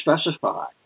specify